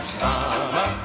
summer